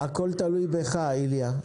הכול תלוי בך, איליה.